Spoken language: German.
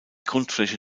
grundfläche